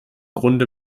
grunde